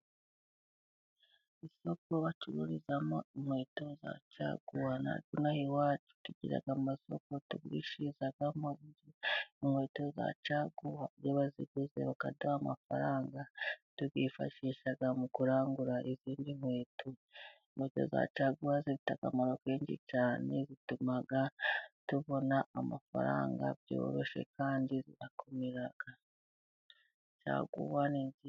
Isoko bacururizamo inkweto za caguwa. Na twe inaha iwacu tugira amasoko tugurishirizamo inkweto za caguwa, iyo baziguze bakaduha amafaranga, tuyifashisha mu kurangura izindi nkweto . Inkweto za caguwa zifite akamaro kenshi cyane, zituma tubona amafaranga byoroshye, kandi zirakomera. Caguwa ni nziza.